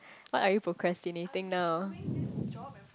what are you procrastinating now